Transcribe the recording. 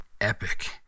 epic